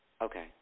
Okay